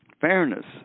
Fairness